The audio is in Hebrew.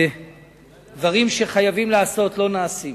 דברים שחייבים לעשות לא נעשים.